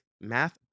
math